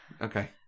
okay